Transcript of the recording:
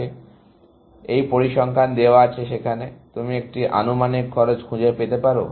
সুতরাং এই পরিসংখ্যান দেওয়া আছে তুমি একটি আনুমানিক খরচ খুঁজে পেতে পারো